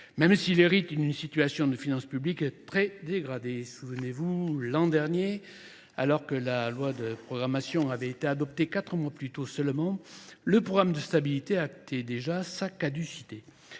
même s'il hérite une situation de finances publiques très dégradée. Souvenez-vous, l'an dernier, alors que la loi de programmation avait été adoptée 4 mois plus tôt seulement, le programme de stabilité actait déjà sa caducité.